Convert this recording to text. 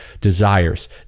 desires